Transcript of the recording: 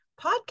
podcast